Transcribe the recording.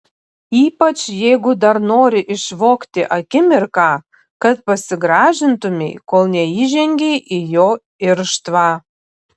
ypač jeigu dar nori išvogti akimirką kad pasigražintumei kol neįžengei į jo irštvą